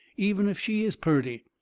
even if she is purty.